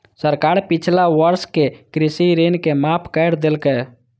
सरकार पिछला वर्षक कृषि ऋण के माफ कैर देलकैए